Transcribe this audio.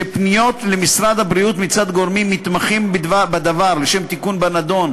שפניות למשרד הבריאות מצד גורמים מתמחים בדבר לשם תיקון בנדון